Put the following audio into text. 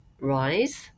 rise